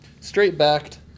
Straight-backed